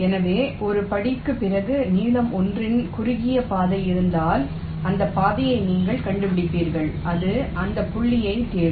எனவே ஒரு படிக்குப் பிறகு நீளம் 1 இன் குறுகிய பாதை இருந்தால் அந்த பாதையை நீங்கள் கண்டுபிடிப்பீர்கள் அது அந்த புள்ளியைத் தொடும்